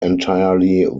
entirely